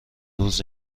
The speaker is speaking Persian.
روز